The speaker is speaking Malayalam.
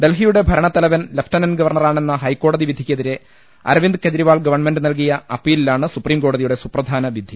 ഡൽഹിയുടെ ഭരണത്തലവൻ ലഫ്റ്റനന്റ് ഗവർണറാണെന്ന ഹൈക്കോടതി വിധിക്കെതിരെ അരവിന്ദ് കേജ്രിവാൾ ഗവൺമെന്റ് നൽകിയ അപ്പീലിലാണ് സുപ്രീംകോടതിയുടെ സുപ്രധാന വിധി